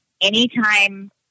anytime